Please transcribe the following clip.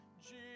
Jesus